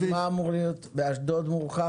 באשדוד מורחב?